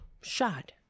shot